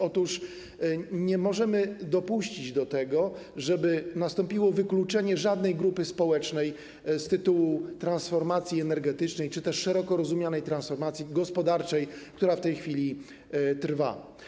Otóż nie możemy dopuścić do tego, żeby nastąpiło wykluczenie jakiejkolwiek grupy społecznej z tytułu transformacji energetycznej czy też szeroko rozumianej transformacji gospodarczej, która w tej chwili trwa.